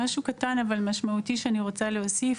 משהו קטן אבל משמעותי שאני רוצה להוסיף,